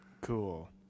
Cool